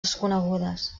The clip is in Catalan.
desconegudes